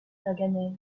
paganel